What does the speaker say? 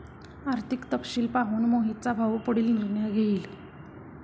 आर्थिक तपशील पाहून मोहितचा भाऊ पुढील निर्णय घेईल